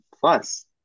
Plus